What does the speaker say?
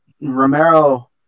Romero